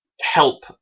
help